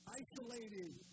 isolated